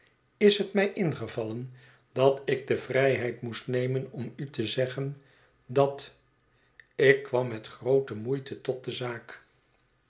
is het mij ingevallen dat ik de vrijheid moest nemen om u te zeggen dat ik kwam met groote moeite tot de zaak